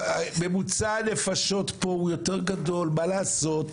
ממוצע הנפשות פה הוא יותר גדול, מה לעשות?